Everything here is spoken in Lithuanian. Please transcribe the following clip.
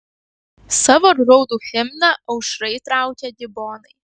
savo graudų himną aušrai traukia gibonai